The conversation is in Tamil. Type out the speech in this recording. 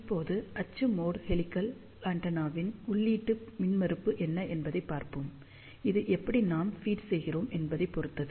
இப்போது அச்சு மோட் ஹெலிகல் ஆண்டெனாவின் உள்ளீட்டு மின்மறுப்பு என்ன என்பதைப் பார்ப்போம் இது எப்படி நாம் ஃபீட் செய்கிறோம் என்பதைப் பொறுத்தது